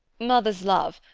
mother's love,